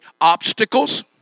Obstacles